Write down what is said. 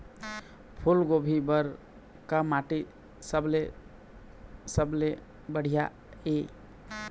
फूलगोभी बर का माटी सबले सबले बढ़िया ये?